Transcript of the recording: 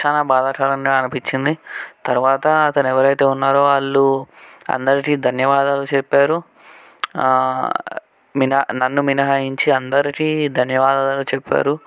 చాలా బాధాకరంగా అనిపించింది తరువాత అతను ఎవరైతే ఉన్నారో వాళ్ళు అందరికీ ధన్యవాదాలు చెప్పారు మినహా నన్ను మినహాయించి అందరికి ధన్యవాదాలు చెప్పారు